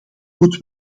moeten